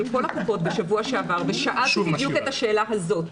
כל קופות החולים ושאלתי בדיוק את השאלה הזאת.